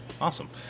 Awesome